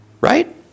Right